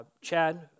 Chad